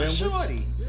shorty